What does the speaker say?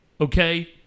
okay